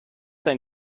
dein